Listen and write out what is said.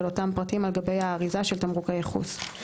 אותם פרטים על גבי האריזה של תמרוק הייחוס.